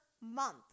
month